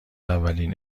اولین